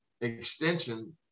extension